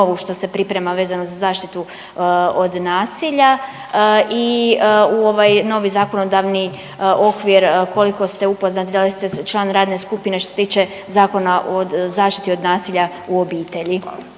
što se priprema, vezano za zaštitu od nasilja i u ovaj novi zakonodavni okvir, koliko ste upoznati, da li ste član radne skupine što se tiče zakona od, zaštiti od nasilja u obitelji?